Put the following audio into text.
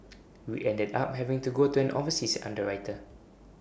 we ended up having to go to an overseas underwriter